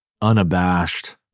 unabashed